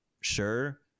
sure